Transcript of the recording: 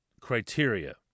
criteria